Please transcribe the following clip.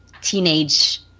teenage